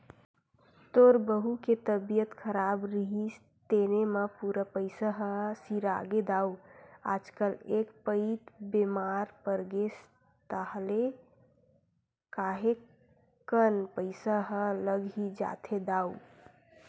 तोर बहू के तबीयत खराब रिहिस तेने म पूरा पइसा ह सिरागे दाऊ आजकल एक पइत बेमार परगेस ताहले काहेक कन पइसा ह लग ही जाथे दाऊ